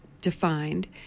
defined